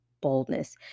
boldness